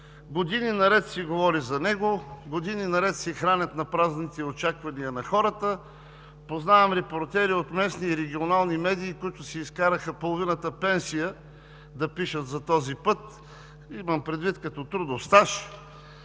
Години наред се говори за него, години наред се хранят напразните очаквания на хората. Познавам репортери от местни и регионални медии, които си изкараха половината пенсия да пишат за този път, имам предвид като трудов стаж